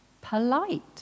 polite